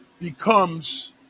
becomes